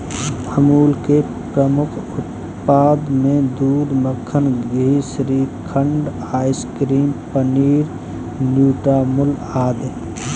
अमूल के प्रमुख उत्पाद हैं दूध, मक्खन, घी, श्रीखंड, आइसक्रीम, पनीर, न्यूट्रामुल आदि